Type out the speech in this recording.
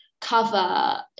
cover